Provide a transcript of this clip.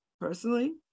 personally